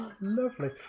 Lovely